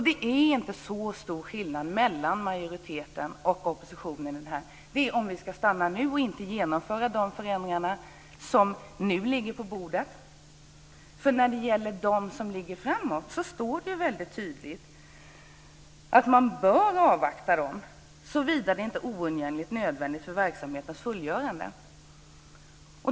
Det är inte så stor skillnad mellan majoriteten och oppositionen. Det gäller om vi ska stanna nu och inte genomföra de förändringar som nu ligger på bordet. När det gäller dem som ligger framåt står det väldigt tydligt att man bör avvakta, såvida det inte är oundgängligt nödvändigt för verksamhetens fullgörande.